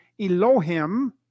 Elohim